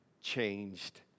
changed